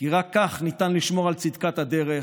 כי רק כך ניתן לשמור על צדקת הדרך